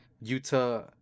Utah